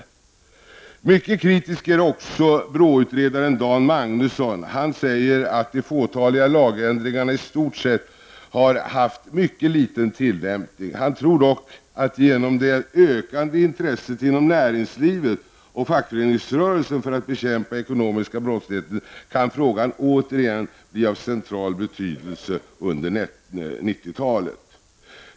BRÅ-utredaren Dan Magnusson säger att de fåtaliga lagändringarna i stort sett har haft mycket liten tillämpning. Han tror dock att genom det ökade intresset inom näringslivet och fackföreningsrörelsen för att bekämpa den ekonomiska brottsligheten kan frågan återigen bli av central betydelse under 90-talet.